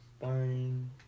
Fine